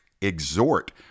exhort